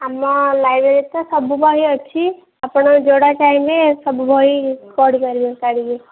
ଆମ ଲାଇବେରୀରେ ତ ସବୁ ବହି ଅଛି ଆପଣ ଯେଉଁଟା ଚାହିଁବେ ସବୁ ବହି ପଢ଼ି ପାରିବେ କାଢ଼ିକି